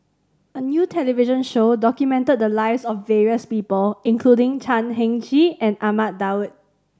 a new television show documented the lives of various people including Chan Heng Chee and Ahmad Daud